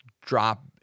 drop